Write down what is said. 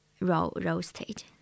roasted